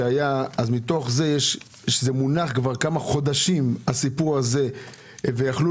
זה מונח כמה חודשים הסיפור הזה ויכלו